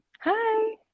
Hi